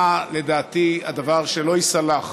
מה לדעתי הדבר שלא ייסלח.